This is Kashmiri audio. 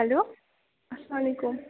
ہٮ۪لو اسلامُ علیکُم